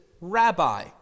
Rabbi